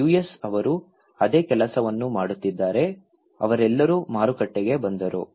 US ಅವರು ಅದೇ ಕೆಲಸವನ್ನು ಮಾಡುತ್ತಿದ್ದಾರೆ ಅವರೆಲ್ಲರೂ ಮಾರುಕಟ್ಟೆಗೆ ಬಂದರು